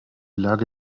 lage